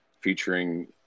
featuring